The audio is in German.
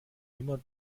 immer